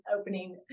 opening